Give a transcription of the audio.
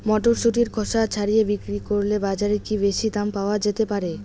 মটরশুটির খোসা ছাড়িয়ে বিক্রি করলে বাজারে কী বেশী দাম পাওয়া যেতে পারে?